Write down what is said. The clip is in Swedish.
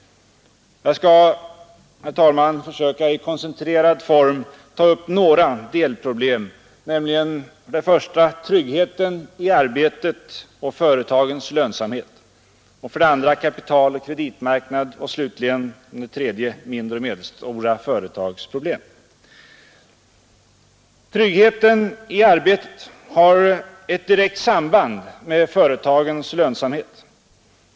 Jag skall, herr talman, försöka i koncentrerad form ta upp några delproblem: 1. Tryggheten i arbetet och företagens lönsamhet. 3. Mindre och medelstora företags problem. Tryggheten i arbetet har ett direkt samband med företagens lönsamhet.